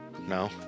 No